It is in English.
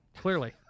clearly